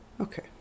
Okay